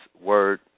word